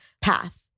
path